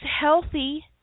healthy